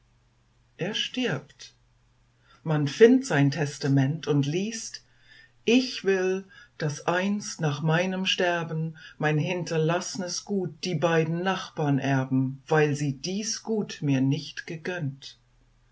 er stirbt man findt sein testament und liest ich will daß einst nach meinem sterben mein hinterlaßnes gut die beiden nachbarn erben weil sie dies gut mir nicht gegönnt